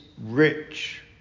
rich